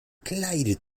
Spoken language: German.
kleidet